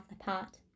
apart